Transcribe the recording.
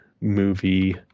movie